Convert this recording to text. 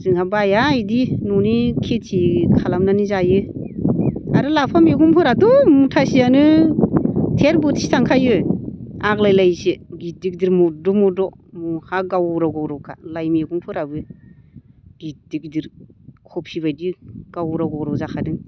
जोंहा बाया बिदि न'नि खेथि खालामनानै जायो आरो लाफा मेगंफोराथ' मुथासेयानो थेर बोथिसे थांखायो आग्लाय लायोसो गिदिर गिदिर मद' मद' मुखा गावराव गावरावखा लाइ मैगंफोराबो गिदिर गिदिर क'फिबायदि गावराव गावराव जाखादों